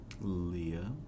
Leah